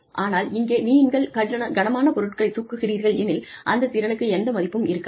ஆனால் இங்கே நீங்கள் கனமான பொருட்களைத் தூக்குகிறீர்கள் எனில் அந்த திறனுக்கு எந்த மதிப்பும் இருக்காது